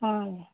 ହଁ ଆଜ୍ଞା